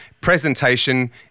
presentation